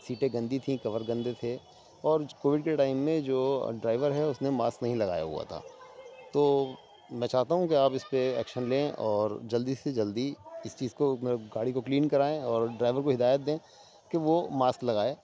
سیٹیں گندی تھیں کور گندے تھے اور کوویڈ کے ٹائم میں جو ڈرائیور ہے اس نے ماسک نہیں لگایا ہوا تھا تو میں چاہتا ہوں کہ آپ اس پہ ایکشن لیں اور جلدی سے جلدی اس چیز کو گاڑی کو کلین کرائیں اور ڈرائیور کو ہدایت دیں کہ وہ ماسک لگائے